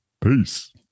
Peace